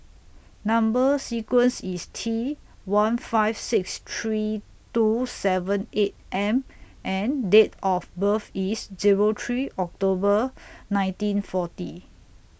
Number sequence IS T one five six three two seven eight M and Date of birth IS Zero three October nineteen forty